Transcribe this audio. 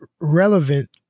relevant